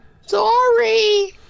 Sorry